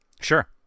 Sure